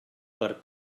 per